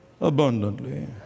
abundantly